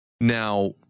Now